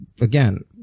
again